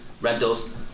rentals